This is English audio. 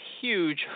huge